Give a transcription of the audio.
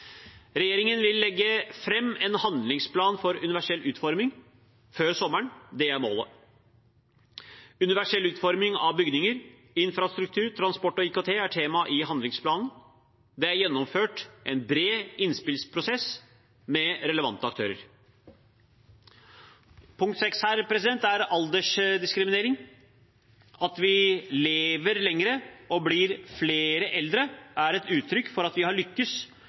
Regjeringen vil legge fram en handlingsplan for universell utforming før sommeren. Det er målet. Universell utforming av bygninger, infrastruktur, transport og IKT er tema i handlingsplanen. Det er gjennomført en bred innspillsprosess med relevante aktører. Punkt 6 er aldersdiskriminering. At vi lever lenger og blir flere eldre er et uttrykk for at vi har